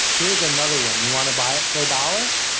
here's another one you want to buy it for a dollar?